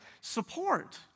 support